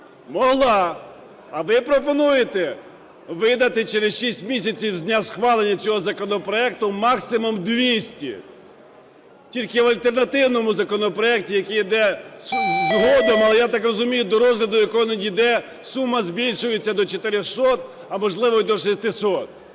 Могла. А ви пропонуєте видати через шість місяців з дня схвалення цього законопроекту максимум 200. Тільки в альтернативному законопроекті, який йде згодом, а, я так розумію, до розгляду якого не дійде, сума збільшується до 400, а, можливо, і до 600.